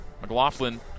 McLaughlin